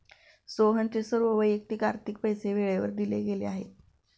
सोहनचे सर्व वैयक्तिक आर्थिक पैसे वेळेवर दिले गेले आहेत